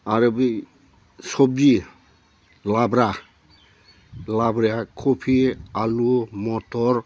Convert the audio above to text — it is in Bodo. आरो बि सबजि लाब्रा लाब्राया खबि आलु मथर